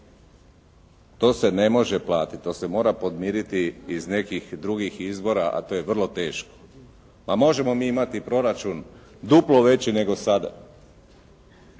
To se ne može platiti, to se mora podmiriti iz nekih drugih izvora, a to je vrlo teško. Možemo mi imati proračun duplo veći nego sada,